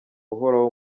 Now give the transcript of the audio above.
uhoraho